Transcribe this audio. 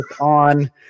on